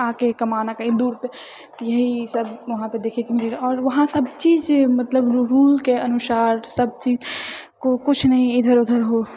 आके कमाना कहीं दू रुपैआ यही सब वहाँपर देखैके मिललै आओर वहाँ सबचीज मतलब रूलके अनुसार सबचीज किछु नहि इधर उधर हो